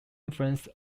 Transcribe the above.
influence